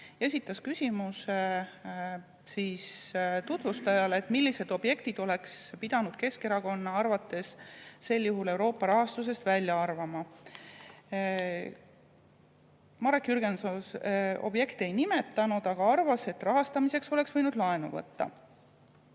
sisse. Esitati tutvustajale küsimus, millised objektid oleks pidanud Keskerakonna arvates sel juhul Euroopa rahastusest välja arvama. Marek Jürgenson objekte ei nimetanud, aga arvas, et rahastamiseks oleks võinud laenu võtta.